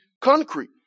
concrete